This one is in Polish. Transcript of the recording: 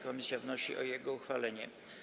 Komisja w nosi o jego uchwalenie.